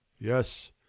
Yes